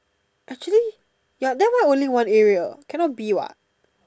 actually ya then why only one area can not be what